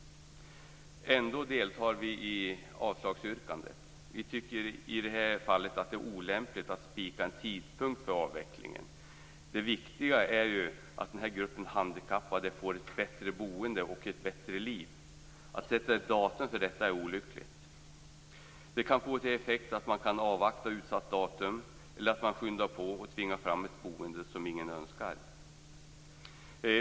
Ändå deltar vi i avslagsyrkandet. Vi tycker att det i det här fallet är olämpligt att spika en tidpunkt för avvecklingen. Det viktiga är ju att den här gruppen handikappade får ett bättre boende och ett bättre liv. Att sätta ett datum för detta är olyckligt. Det kan få till effekt att man kan avvakta utsatt datum eller att man skyndar på och tvingar fram ett boende som ingen önskar.